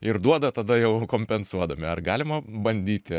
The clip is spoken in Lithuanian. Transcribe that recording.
ir duoda tada jau kompensuodami ar galima bandyti